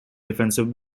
defensive